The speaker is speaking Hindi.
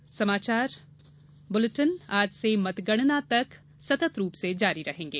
ये समाचार बुलेटिन आज से मतगणना तक सतत रूप से जारी रहेंगे